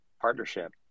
partnership